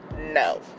No